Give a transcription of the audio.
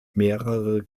mehrere